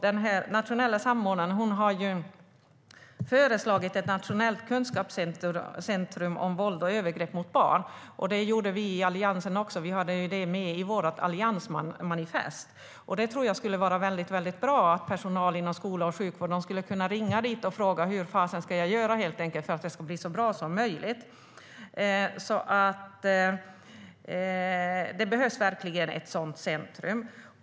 Den nationella samordnaren har föreslagit ett nationellt kunskapscentrum om våld och övergrepp mot barn. Det gjorde också vi i Alliansen; vi hade det med i vårt alliansmanifest. Jag tror att det skulle vara väldigt bra om personalen inom skola och sjukvård skulle kunna ringa dit och fråga: Hur fasen ska jag göra för att det ska bli så bra som möjligt? Det behövs verkligen ett sådant centrum.